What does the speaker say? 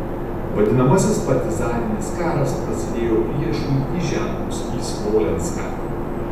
vadinamasis partizaninis karas prasidėjo priešui įžengus į smolenską